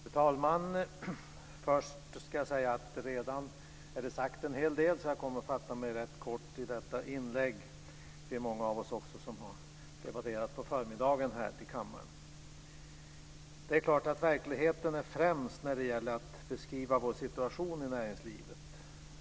Fru talman! Först ska jag säga att en hel del redan har sagts, så jag kommer att fatta mig rätt kort i detta inlägg. Det är också många av oss som har debatterat under förmiddagen här i kammaren. Det är klart att verkligheten är främst när det gäller att beskriva situationen i näringslivet.